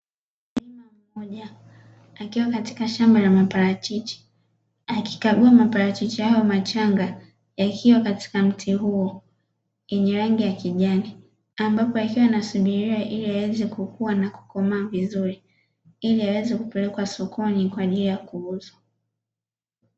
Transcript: Mkulima mmoja akiwa katika shamba la maparachichi, akikagua maparachichi hayo machanga akiwa katika mti huo wenye rangi ya kijani, ambapo anasubiria ili yaweze kukua na kukomaa vizuri ili yaweze kupelekwa sokoni kwaajili ya kuuzwa.